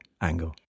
angle